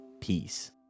Peace